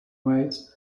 ways